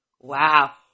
wow